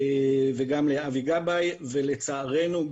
וגם לאבי גבאי לצערנו,